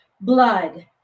blood